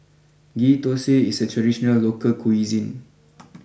Ghee Thosai is a traditional local cuisine